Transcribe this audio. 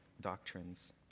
doctrines